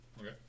Okay